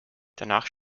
danach